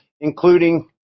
including